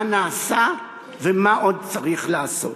מה נעשה ומה עוד צריך להיעשות.